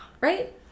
right